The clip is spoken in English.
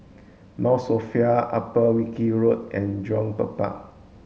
Mount Sophia Upper Wilkie Road and Jurong Bird Park